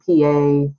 PA